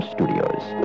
Studios